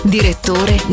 Direttore